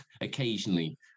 occasionally